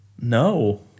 No